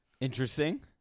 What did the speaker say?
interesting